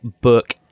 book